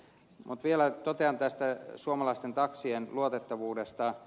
mutta vielä totean suomalaisten taksien luotettavuudesta